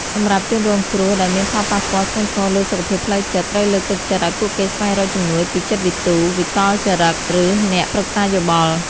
សម្រាប់ជនរងគ្រោះដែលមានផលប៉ះពាល់ធ្ងន់ធ្ងរលើសុខភាពផ្លូវចិត្ត ត្រូវលើកទឹកចិត្តឲ្យពួកគេស្វែងរកជំនួយពីចិត្តវិទូ វិកលចរិត ឬអ្នកប្រឹក្សាយោបល់។